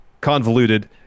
convoluted